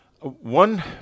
one